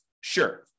Sure